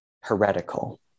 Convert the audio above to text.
heretical